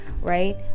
right